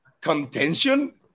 contention